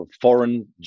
foreign